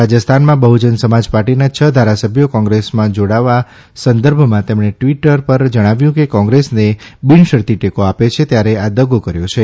રાજસ્થાનમાં બહ્જન સમાજ પાર્ટીના છ ધારાસભ્યો કોંગ્રેસમાં જાડાવા સંદર્ભમાં તેમણે ટ્વીટર પર જણાવ્યું કે કોંગ્રેસને બીનશરતી ટેકો આપે છે ત્યારે આ દગો કર્યો છે